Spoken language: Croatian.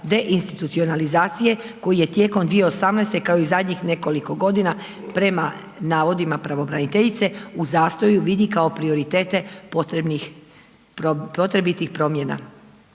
deinstitucionalizacije koji je tijekom 2018. kao i zadnjih nekoliko godina, prema navodima pravobraniteljice, u zastoju vidi kao prioritete potrebitih promjena.